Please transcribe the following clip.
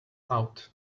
out